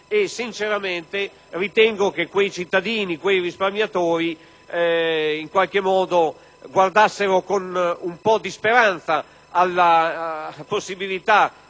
Sinceramente ritengo che quei cittadini, quei risparmiatori guardassero con un po' di speranza alla possibilità